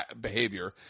behavior